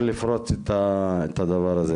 מפורטת, ועד היום כבר ישבנו עם לא מעט